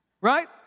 Right